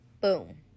Boom